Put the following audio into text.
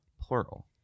plural